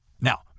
Now